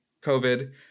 COVID